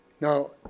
Now